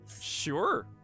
Sure